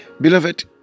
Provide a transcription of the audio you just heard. Beloved